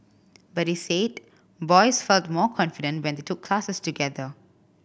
but he said boys felt more confident when they took classes together